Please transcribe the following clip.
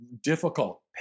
difficult